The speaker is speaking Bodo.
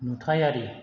नुथायारि